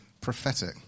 Prophetic